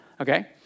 Okay